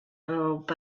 but